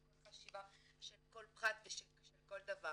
על כל חשיבה של כל פרט וכל דבר.